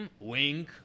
Wink